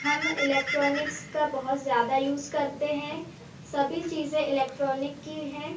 हम इलेक्ट्रॉनिक्स का बहुत ज़्यादा यूज़ करते हैं सभी चीज़ें इलेक्ट्रॉनिक की हैं